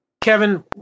Kevin